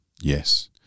Yes